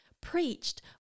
preached